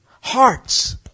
Hearts